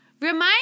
remind